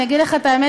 ואני אגיד לך את האמת,